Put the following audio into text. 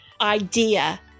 idea